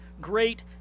great